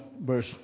verse